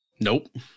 Nope